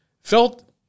felt